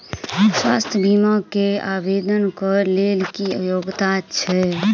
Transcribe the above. स्वास्थ्य बीमा केँ आवेदन कऽ लेल की योग्यता छै?